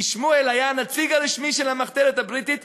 כי שמואל היה הנציג הרשמי של המחתרת הבריטית,